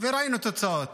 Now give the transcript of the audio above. וראינו את התוצאות.